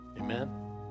Amen